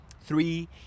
three